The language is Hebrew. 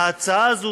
ההצעה הזאת